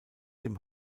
dem